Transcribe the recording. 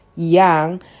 Yang